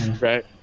Right